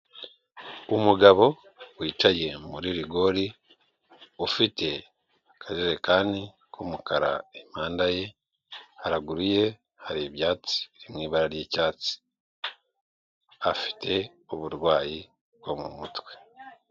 Umugabo wicaye muri rigori, ufite akajerekani k'umukara impande ye, haraguruye hari ibyatsi biri mu ibara ry'icyatsi, afite uburwayi bwo mu mutwe.